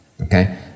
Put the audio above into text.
okay